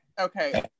okay